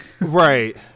Right